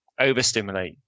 overstimulate